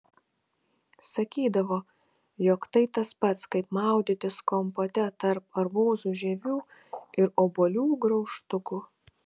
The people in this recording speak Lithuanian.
sakydavo jog tai tas pats kaip maudytis kompote tarp arbūzų žievių ir obuolių graužtukų